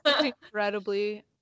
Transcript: incredibly